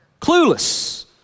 Clueless